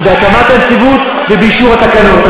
בהקמת הנציבות ובאישור התקנות.